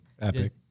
Epic